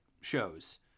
shows